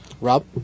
Rob